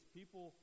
people